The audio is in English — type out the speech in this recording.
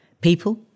People